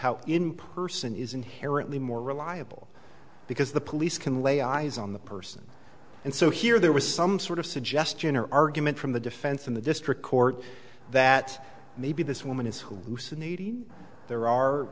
how in person is inherently more reliable because the police can lay eyes on the person and so here there was some sort of suggestion or argument from the defense in the district court that maybe this woman is there are